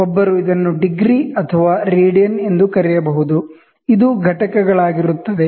ಒಬ್ಬರು ಇದನ್ನು ಡಿಗ್ರಿ ಅಥವಾ ರೇಡಿಯನ್ ಎಂದು ಕರೆಯಬಹುದು ಇದು ಘಟಕಗಳಾಗಿರುತ್ತದೆ